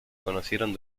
conocieron